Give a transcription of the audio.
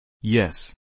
Yes